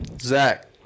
Zach